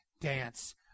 dance